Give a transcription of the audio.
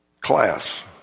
Class